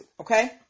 okay